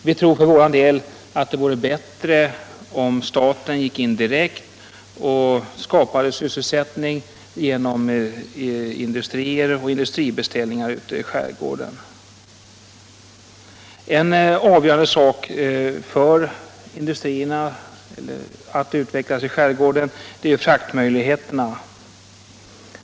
Vi tror för vår del att det vore bättre om staten gick in direkt och skapade sysselsättning genom industrier och industribeställningar ute i skärgården. Avgörande för industriernas utveckling i skärgården är fraktmöjligheterna.